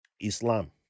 Islam